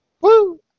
Woo